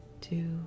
two